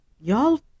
y'all